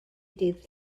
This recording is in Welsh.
dydd